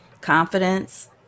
confidence